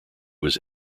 was